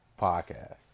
podcast